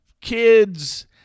kids